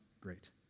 great